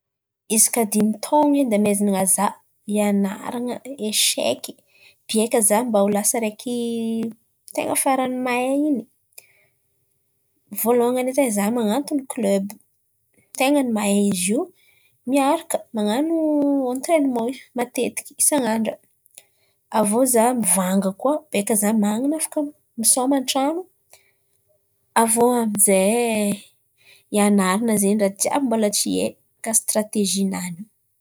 Izy kà dimy taon̈o edy amezan̈a izaho hianaran̈a esheky biakà izaho mba ho lasa araiky ten̈a ny farany mahay in̈y. Vôlohan̈y edy e izaho man̈aton̈o kleba ten̈a ny mahay izy io, miaraka man̈ano entrainimon matetiky isan'andra. Avy iô izaho izaho mivànga koà bekà izaho man̈ana misôma an-tran̈o. Avy iô amin'izay hianaran̈a zen̈y ràha jiàby mbola tsy hay mikasiky stratezia nany.